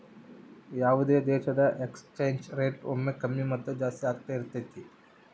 ಯಾವುದೇ ದೇಶದ exchange rate ಒಮ್ಮೆ ಕಮ್ಮಿ ಮತ್ತು ಜಾಸ್ತಿ ಆಗ್ತಾ ಇರತೈತಿ